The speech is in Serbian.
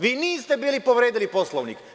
Vi niste bili povredili Poslovnik.